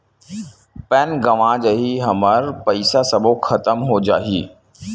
Pan गंवा जाही हमर पईसा सबो खतम हो जाही?